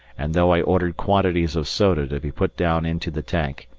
and though i ordered quantities of soda to be put down into the tank,